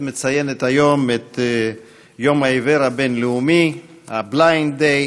נעבור להצעות לסדר-היום מס' 3694, 3925, 3998,